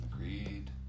Agreed